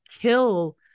kill